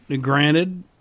granted